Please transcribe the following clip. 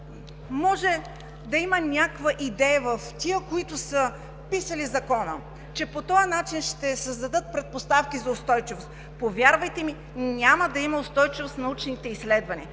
може да има някаква идея в тези, които са писали Закона, че по този начин ще създадат предпоставки за устойчивост. Повярвайте ми, няма да има устойчивост на научните изследвания.